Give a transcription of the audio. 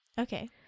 Okay